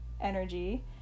energy